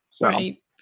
right